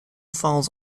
falls